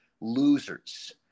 Losers